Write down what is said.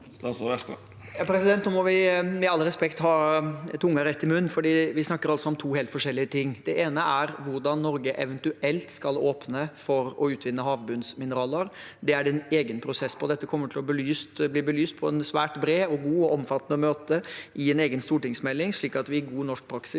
Nå må vi, med all respekt, ha tungen rett i munnen, for vi snakker om to helt forskjellige ting. Det ene er hvordan Norge eventuelt skal åpne for å utvinne havbunnsmineraler. Det er det en egen prosess på. Dette kommer til å bli belyst på en svært bred og god og omfattende måte i en egen stortingsmelding, slik at vi i god norsk praksis